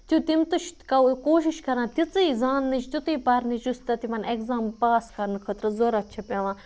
چھِ تِم تہِ چھِ کوٗشِش کران تِژٕے زاننٕچ تِتُے پَرنٕچ یُس تتہِ تِمن اٮ۪گزام پاس کرنہٕ خٲطرٕ ضوٚرتھ چھےٚ پیوان